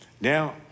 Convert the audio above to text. Now